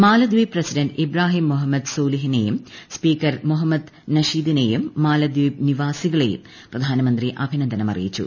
മാലദ്വീപ് president Ibrahim Mohamed സോലിഹിനെയും speaker Mohamed നഷീദിനെയും മാലദ്വീപ് നിവാസികളെയും പ്രധാനമന്ത്രി അഭിനന്ദനം അറിയിച്ചു